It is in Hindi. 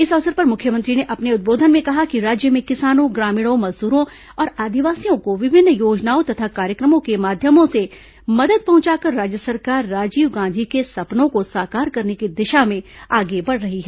इस अवसर पर मुख्यमंत्री ने अपने उद्बोधन में कहा कि राज्य में किसानों ग्रामीणों मजदूरों और आदिवासियों को विभिन्न योंजनाओं तथां कार्यक्रमों के माध्यम से मदद पहुंचाकर राज्य सरकार राजीव गांधी के सपनों को साकार करने की दिशा में आगे बढ़ रही है